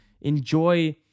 enjoy